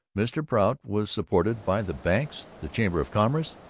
mr. prout was supported by the banks, the chamber of commerce,